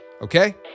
okay